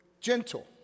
gentle